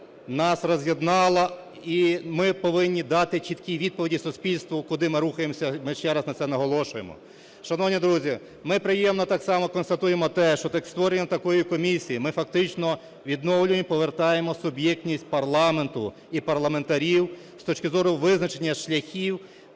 нас роз'єднала, і ми повинні дати чіткі відповіді суспільству, куди ми рухаємося. Ми ще раз на цьому наголошуємо. Шановні друзі, ми приємно так само констатуємо те, що створенням такої комісії ми фактично відновлюємо і повертаємо суб'єктність парламенту і парламентарів з точки зору визначення шляхів